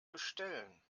bestellen